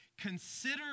consider